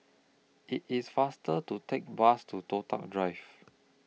IT IS faster to Take Bus to Toh Tuck Drive